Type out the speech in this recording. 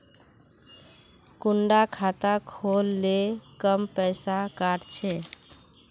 कुंडा खाता खोल ले कम पैसा काट छे?